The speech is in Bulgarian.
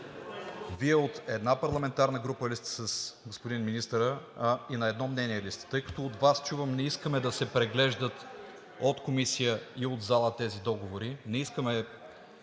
Вие от една парламентарна група ли сте с господин министъра и на едно мнение ли сте, тъй като от Вас чувам: не искаме да се преглеждат от Комисия и от зала тези договори.